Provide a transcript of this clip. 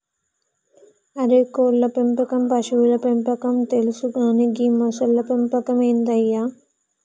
అరే కోళ్ళ పెంపకం పశువుల పెంపకం తెలుసు కానీ గీ మొసళ్ల పెంపకం ఏందయ్య